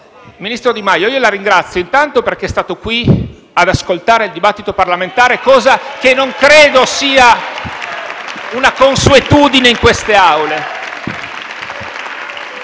ministro Di Maio, io la ringrazio, perché è stato qui ad ascoltare il dibattito parlamentare, cosa che non credo sia una consuetudine in queste Aule.